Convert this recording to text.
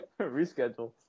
Reschedule